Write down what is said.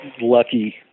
lucky